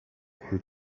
who